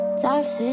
toxic